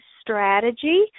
strategy